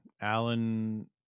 alan